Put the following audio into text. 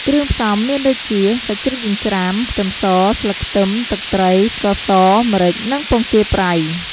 គ្រឿងផ្សំមានដូចជា សាច់ជ្រូកចិញ្ច្រាំ ខ្ទឹមស ស្លឹកខ្ទឹម ទឹកត្រី ស្ករស ម្រេច និងពងទាប្រៃ។